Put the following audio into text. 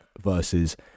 Versus